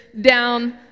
down